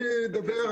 אני אדבר.